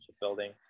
building